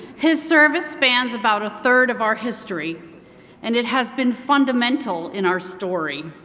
his service spans about a third of our history and it has been fundamental in our story,